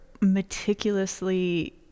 meticulously